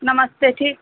नमस्ते ठीक